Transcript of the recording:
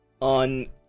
on